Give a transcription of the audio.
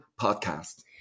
Podcast